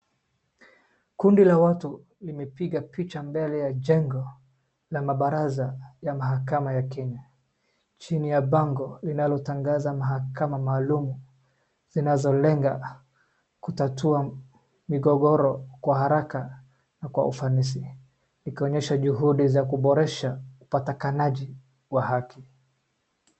Kundi la watu limepiga picha mbele ya jengo la mabaraza ya mahakama ya kenya chini ya bango linalotangaza mahakama maalum zinazolenga kutatua migogoro kwa haraka na kwa ufanisi ukionyesha juhudi zakuboresha upatakanaji wa haki.